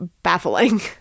baffling